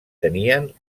tenien